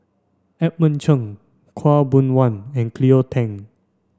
Edmund Cheng Khaw Boon Wan and Cleo Thang